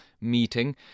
meeting